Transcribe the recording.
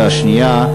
והשנייה: